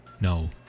No